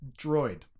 droid